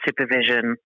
supervision